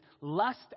lust